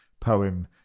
poem